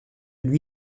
lui